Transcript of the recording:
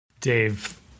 Dave